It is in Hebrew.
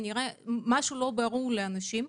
כנראה משהו לא ברור לאנשים.